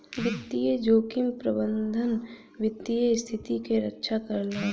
वित्तीय जोखिम प्रबंधन वित्तीय स्थिति क रक्षा करला